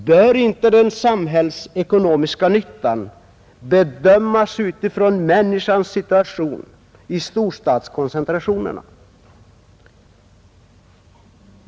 Bör inte den samhällsekonomiska nyttan bedömas utifrån människans situation i storstadskoncentrationerna?